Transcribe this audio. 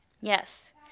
yes